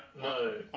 no